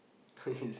he's